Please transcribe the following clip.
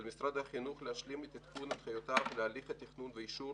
על משרד החינוך להשלים את עדכון הנחיותיו להליך התכנון ואישור